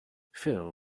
phil